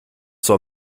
zur